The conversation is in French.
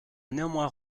néanmoins